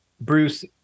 Bruce